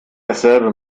dasselbe